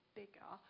bigger